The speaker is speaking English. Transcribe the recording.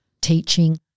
teaching